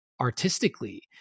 artistically